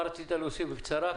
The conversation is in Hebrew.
מה רצית להוסיף בקצרה?